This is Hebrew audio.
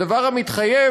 הדבר המתחייב,